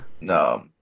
No